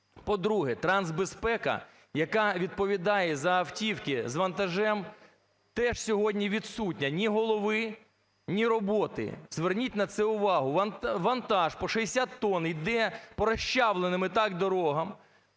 По-друге, трансбезпека, яка відповідає за автівки з вантажем, теж сьогодні відсутня: ні голови, ні роботи. Зверніть на це увагу. Вантаж по 60 тонн іде по розчавленим і так дорогам.